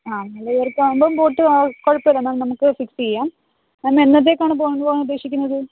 നാല് പേർക്കാവുമ്പോൾ ബോട്ട് കുഴപ്പമില്ല മാം നമുക്ക് ഫിക്സ് ചെയ്യാം മാം എന്നത്തേക്കാണ് പോകുവാൻ ഉദ്ദേശിക്കുന്നത്